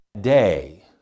day